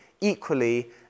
equally